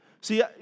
See